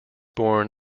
born